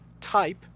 type